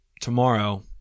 tomorrow